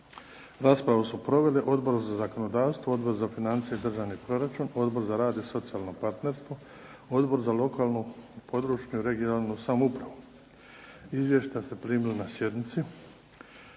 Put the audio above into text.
Raspravu su proveli Odbor za zakonodavstvo, Odbor za financije i državni proračun, Odbor za rad i socijalno partnerstvo, Odbor za lokalnu, područnu i regionalnu samoupravu. Izvješća ste primili na sjednici.